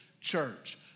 church